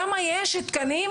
כמה יש תקנים,